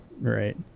Right